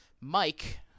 mike